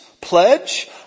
Pledge